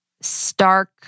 stark